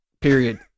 Period